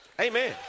Amen